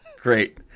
great